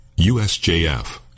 USJF